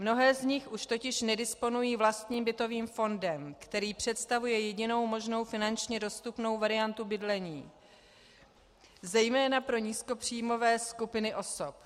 Mnohé z nich už totiž nedisponují vlastním bytovým fondem, který představuje jedinou možnou finančně dostupnou variantu bydlení zejména pro nízkopříjmové skupiny osob.